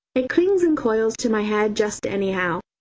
it clings and coils to my head just anyhow,